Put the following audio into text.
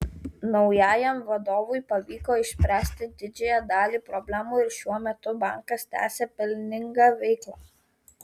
naujajam vadovui pavyko išspręsti didžiąją dalį problemų ir šiuo metu bankas tęsią pelningą veiklą